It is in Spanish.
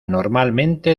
normalmente